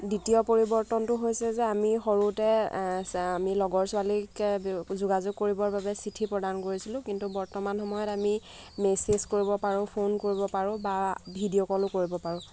দ্বিতীয় পৰিৱৰ্তনটো হৈছে যে আমি সৰুতে আমি লগৰ ছোৱালীক যোগাযোগ কৰিবৰ বাবে চিঠি প্ৰদান কৰিছিলোঁ কিন্তু বৰ্তমান সময়ত আমি মেছেজ কৰিব পাৰোঁ ফোন কৰিব পাৰোঁ বা ভিডিঅ' ক'লো কৰিব পাৰোঁ